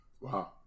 Wow